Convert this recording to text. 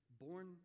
born